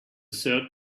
third